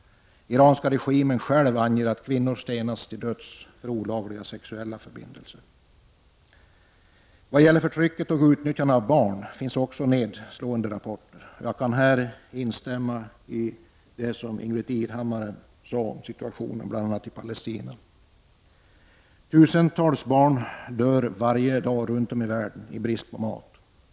Iranska regimen själv anger att kvinnor stenas till döds för olaga sexuella förbindelser. Vad gäller förtrycket och utnyttjandet av barn finns också nedslående rapporter. Jag kan här instämma i det Ingbritt Irhammar sade om situationen i bl.a. Palestina. Varje dag dör tusentals barn i brist på mat.